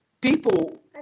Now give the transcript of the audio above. people